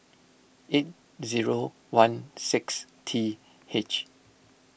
eight zero one six T H